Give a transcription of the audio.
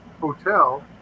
hotel